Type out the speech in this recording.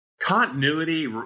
continuity